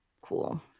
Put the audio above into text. cool